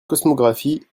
cosmographie